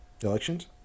Elections